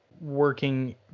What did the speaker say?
working